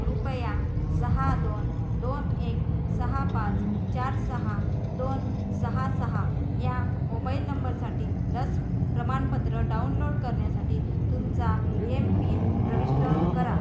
कृपया सहा दोन दोन एक सहा पाच चार सहा दोन सहा सहा या मोबाईल नंबरसाठी लस प्रमाणपत्र डाउनलोड करण्यासाठी तुमचा येम पिन प्रविष्ट करा